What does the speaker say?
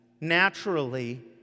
naturally